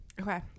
okay